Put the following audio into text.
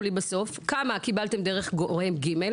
לי בסוף את הדברים הבאים: כמה קיבלתם דרך גורם ג',